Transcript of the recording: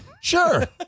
Sure